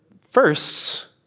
firsts